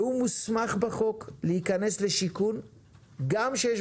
שהוא מוסמך בחוק להיכנס לשיכון גם כששיש